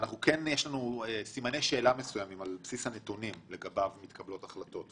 יש לנו סימני שאלה מסוימים על בסיס הנתונים שלגביו מתקבלות החלטות,